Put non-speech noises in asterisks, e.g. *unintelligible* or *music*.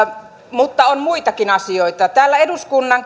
mutta on muitakin asioita täällä eduskunnan *unintelligible*